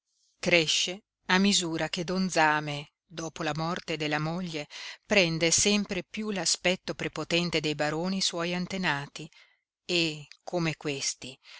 cresce a misura che don zame dopo la morte della moglie prende sempre piú l'aspetto prepotente dei baroni suoi antenati e come questi